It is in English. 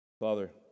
Father